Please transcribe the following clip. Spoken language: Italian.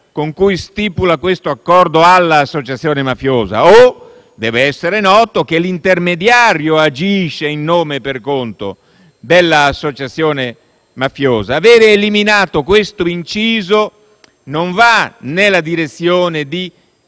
con cui stipula questo accordo o deve essere noto che l'intermediario agisce in nome e per conto dell'associazione mafiosa. Aver eliminato questo inciso non va nella direzione di